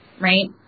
Right